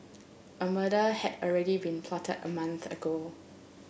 a murder had already been plotted a month ago